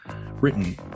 written